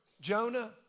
Jonah